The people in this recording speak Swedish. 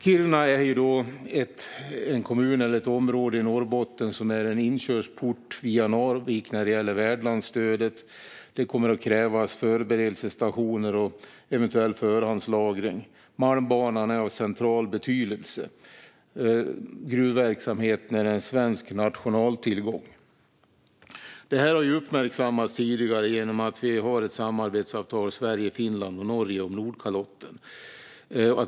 Kiruna är en kommun och ett område i Norrbotten som är en inkörsport via Narvik när det gäller värdlandsstödet. Det kommer att krävas förberedelsestationer och eventuell förhandslagring. Malmbanan är av central betydelse. Gruvverksamheten är en svensk nationaltillgång. Detta har uppmärksammats tidigare genom att Sverige, Finland och Norge har ett samarbetsavtal om Nordkalotten.